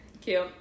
Cute